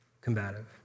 combative